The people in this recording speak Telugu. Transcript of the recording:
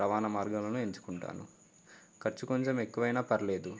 రవాణ మార్గాలను ఎంచుకుంటాను ఖర్చు కొంచెం ఎక్కువైనా పర్లేదు